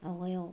आवगायाव